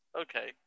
Okay